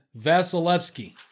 Vasilevsky